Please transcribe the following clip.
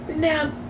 Now